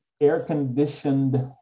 air-conditioned